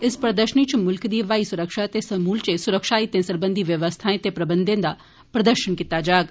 इस प्रदर्षनी च मुल्खै दी हवाई सुरक्षा ते समूलचे सुरक्षा हितें सरबंधी व्यवस्थाएं ते प्रबंधें दा प्रदर्शन कीता जाग